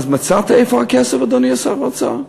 אז מצאת איפה הכסף, אדוני שר האוצר?